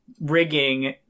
rigging